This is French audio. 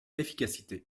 efficacité